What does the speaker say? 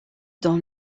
dans